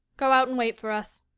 go out and wait for us.